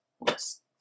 list